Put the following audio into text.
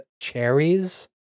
cherries